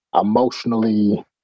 emotionally